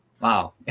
wow